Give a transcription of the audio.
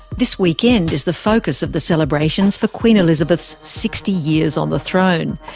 this weekend is the focus of the celebrations for queen elizabeth's sixty years on the throne.